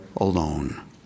alone